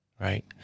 Right